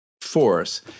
force